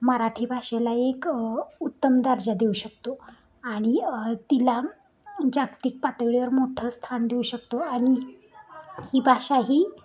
मराठी भाषेला एक उत्तम दर्जा देऊ शकतो आणि तिला जागतिक पातळीवर मोठं स्थान देऊ शकतो आणि ही भाषा ही